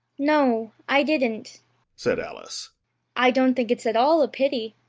no, i didn't said alice i don't think it's at all a pity.